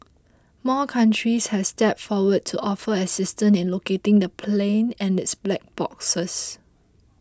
more countries have stepped forward to offer assistance in locating the plane and its black boxes